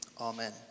Amen